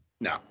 No